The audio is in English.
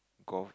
golf